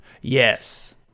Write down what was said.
Yes